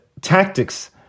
tactics